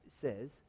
says